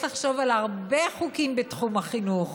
לחשוב על הרבה חוקים בתחום החינוך.